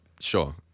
sure